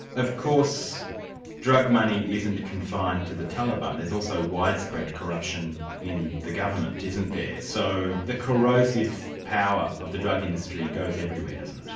of course drug money isn't confined to the taliban. there's also widespread corruption in the government, isn't there? so the corrosive power of the drug industry goes everywhere, doesn't it?